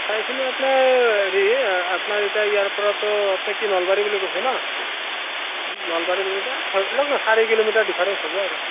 ঠাইখিনি আপোনাৰ হেৰি আপনাৰ এতিয়া ইয়াৰ পৰাতো আপনাৰ কি নলবাৰী বুলি কৈছে ন নলবাৰী বুলি ধৰি লওক ন চাৰি কিলোমিটাৰ ডিফাৰেঞ্চ হ'ব আৰু